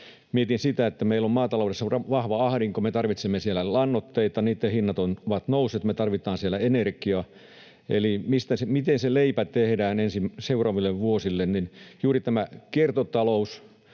mietin sitä, että meillä on maataloudessa vahva ahdinko. Me tarvitsemme siellä lannoitteita, joiden hinnat ovat nousseet. Me tarvitaan siellä energiaa. Eli miten se leipä tehdään seuraaville vuosille? Vastaus on juuri tämä kiertotalous